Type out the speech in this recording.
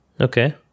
Okay